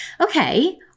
okay